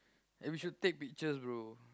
eh we should take pictures bro